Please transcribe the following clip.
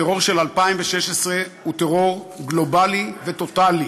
הטרור של 2016, הוא טרור גלובלי וטוטלי.